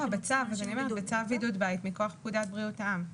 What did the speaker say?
בצו בידוד בית מכוח פקודת בריאות העם.